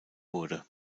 wurde